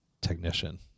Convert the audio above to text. technician